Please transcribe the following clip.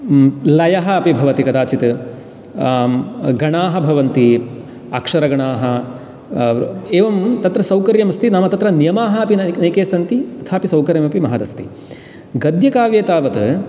लयः अपि भवति कदाचित् गणाः भवन्ति अक्षरगणाः एवं तत्र सौकर्यमस्ति नाम तत्र नियमाः अपि नैके सन्ति तथापि सौकर्यमपि महदस्ति गद्यकाव्ये तावत्